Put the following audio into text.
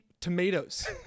tomatoes